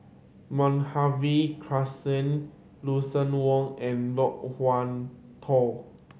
Madhavi Krishnan Lucien Wang and Loke Wan Tho